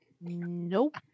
Nope